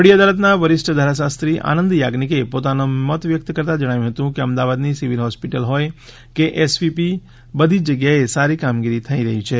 વડી અદાલતના વરિષ્ઠ ધારાશાસ્ત્રી આનંદ થાજ્ઞિકે પોતાનો મત વ્યક્ત કરતાં જણાવ્યું હતું કે અમદાવાદની સિવિલ હોસ્પિટલ હોય કે એસવીપી બધી જગ્યાએ સારી કામગીરી થઈ રહી છે